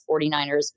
49ers